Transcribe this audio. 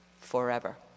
forever